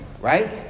right